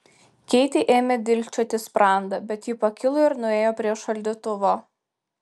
keitei ėmė dilgčioti sprandą bet ji pakilo ir nuėjo prie šaldytuvo